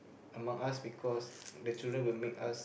among us because the children will make us